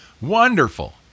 Wonderful